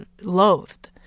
loathed